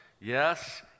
yes